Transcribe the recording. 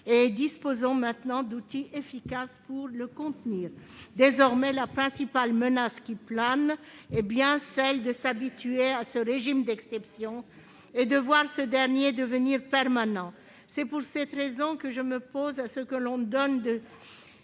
disposons maintenant d'outils efficaces pour le contenir. Désormais, la principale menace qui plane est bien de s'habituer à ce régime d'exception et de le voir devenir permanent. C'est pour cette raison que je m'oppose au fait d'accorder de